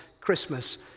Christmas